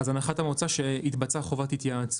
הנחת המוצא היא שהתבצעה חובת התייעצות.